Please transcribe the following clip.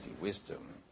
wisdom